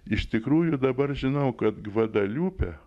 iš tikrųjų dabar žinau kad gvadaliupę